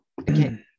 okay